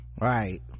right